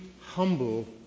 humble